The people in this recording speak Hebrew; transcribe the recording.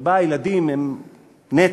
שבה הילדים הם נטל.